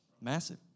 Massive